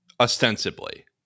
ostensibly